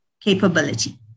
capability